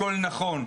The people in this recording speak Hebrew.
הכול נכון,